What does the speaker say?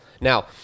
Now